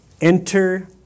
Enter